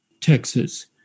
Texas